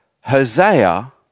Hosea